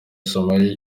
somalia